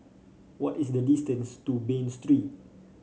what is the distance to Bain Street